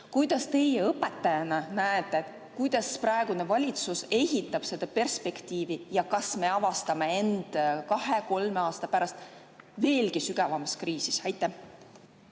Kuidas teie õpetajana näete, kuidas praegune valitsus ehitab seda perspektiivi, ja kas me avastame end kahe-kolme aasta pärast veelgi sügavamast kriisist?